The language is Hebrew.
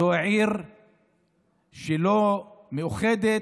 זו עיר שלא מאוחדת,